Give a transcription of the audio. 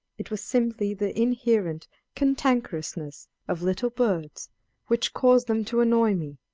it was simply the inherent cantankerousness of little birds which caused them to annoy me.